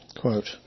quote